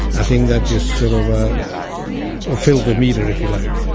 ah think that just sort of ah and filled the meter, if you like,